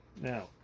Now